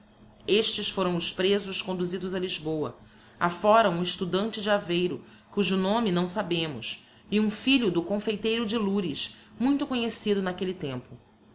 estes foram os presos conduzidos a lisboa afóra um estudante de aveiro cujo nome não sabemos e um filho do confeiteiro de loures muito conhecido n'aquelle tempo